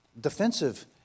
defensive